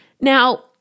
Now